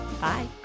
Bye